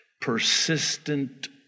persistent